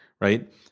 right